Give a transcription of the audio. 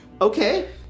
Okay